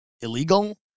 illegal